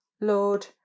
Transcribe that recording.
Lord